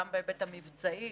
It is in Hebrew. גם בהיבט המבצעי,